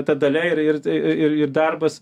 ta dalia ir ir ir darbas